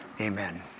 amen